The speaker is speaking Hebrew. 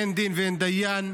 אין דין ואין דיין.